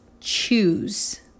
choose